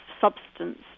substance